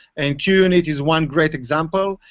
and qunit is one great example.